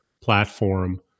platform